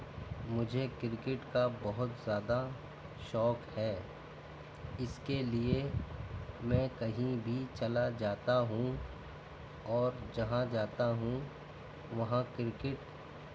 مجھے کرکٹ کا بہت زیادہ شوق ہے اِس کے لیے میں کہیں بھی چلا جاتا ہوں اور جہاں جاتا ہوں وہاں کرکٹ